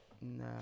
No